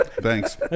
Thanks